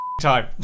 time